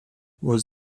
was